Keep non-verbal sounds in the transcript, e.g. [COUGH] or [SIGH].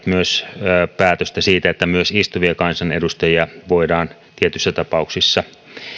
[UNINTELLIGIBLE] myös päätöstä siitä että myös istuvia kansanedustajia voidaan tietyissä tapauksissa